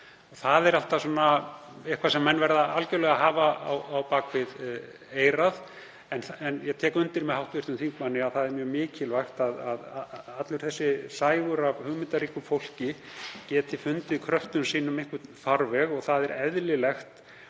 Það er alltaf eitthvað sem menn verða að hafa á bak við eyrað. En ég tek undir með hv. þingmanni að það er mjög mikilvægt að allur þessi sægur af hugmyndaríku fólki geti fundið kröftum sínum einhvern farveg og eðlilegt